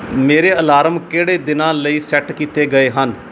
ਮੇਰੇ ਅਲਾਰਮ ਕਿਹੜੇ ਦਿਨਾਂ ਲਈ ਸੈੱਟ ਕੀਤੇ ਗਏ ਹਨ